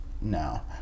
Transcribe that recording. No